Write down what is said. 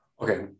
Okay